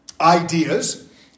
ideas